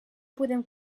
podem